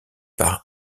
par